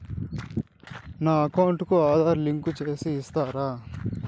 నా అకౌంట్ కు ఆధార్ లింకు సేసి ఇస్తారా?